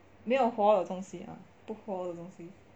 没有活的东西啊不活的东西